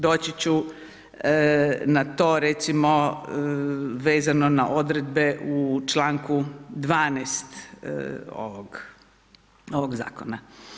Doći ću na to recimo vezano na odredbe u članku 12. ovog zakona.